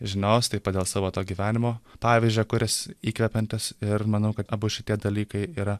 žinios taip pat dėl savo to gyvenimo pavyzdžio kuris įkvepiantis ir manau kad abu šitie dalykai yra